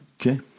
Okay